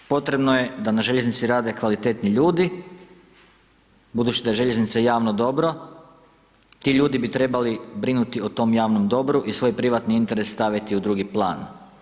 Kao drugo, potrebno je da na željeznici rade kvalitetni ljudi, budući da je željeznica javno dobro, ti ljudi bi trebali brinuti o tom javnom dobru i svoj privatni interes staviti u drugi plan.